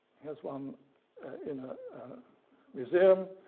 here's one in a museum.